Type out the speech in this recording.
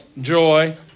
joy